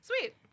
sweet